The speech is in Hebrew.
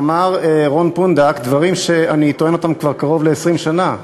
אמר רון פונדק דברים שאני טוען אותם כבר קרוב ל-20 שנה,